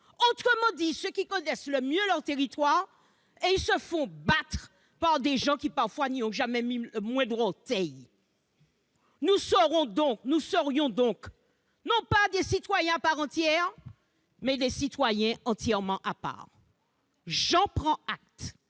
autrement dit par ceux qui connaissent le mieux leur territoire. Or ils se font battre par des gens qui parfois n'y ont jamais mis le moindre orteil. Nous serions donc non pas des citoyens à part entière, mais des citoyens entièrement à part. J'en prends acte.